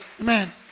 amen